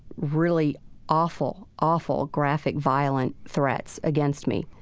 really awful, awful graphic violent threats against me.